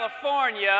California